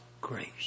grace